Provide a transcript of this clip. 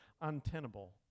untenable